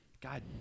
God